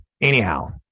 anyhow